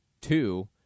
Two